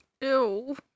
Ew